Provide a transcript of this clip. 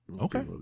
Okay